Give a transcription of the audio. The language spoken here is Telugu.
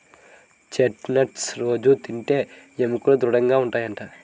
చెస్ట్ నట్స్ రొజూ తింటే ఎముకలు దృడముగా ఉంటాయట